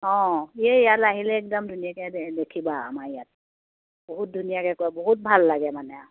অঁ এই ইয়াত আহিলে একদম ধুনীয়াকৈ দেখিবা আমাৰ ইয়াত বহুত ধুনীয়াকৈ কৰে বহুত ভাল লাগে মানে আৰু